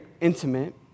intimate